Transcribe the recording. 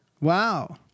Wow